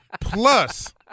plus